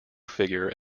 figure